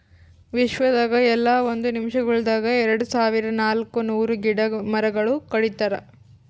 ವಿಶ್ವದಾಗ್ ಎಲ್ಲಾ ಒಂದ್ ನಿಮಿಷಗೊಳ್ದಾಗ್ ಎರಡು ಸಾವಿರ ನಾಲ್ಕ ನೂರು ಗಿಡ ಮರಗೊಳ್ ಕಡಿತಾರ್